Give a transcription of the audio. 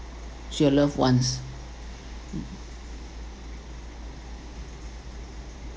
to your loved ones mm